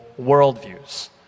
worldviews